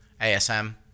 ASM